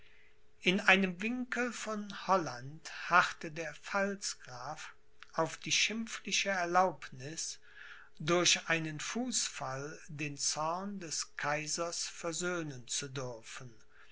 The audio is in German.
in einem winkel von holland harrte der pfalzgraf auf die schimpfliche erlaubniß durch einen fußfall den zorn des kaisers versöhnen zu dürfen